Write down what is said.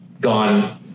gone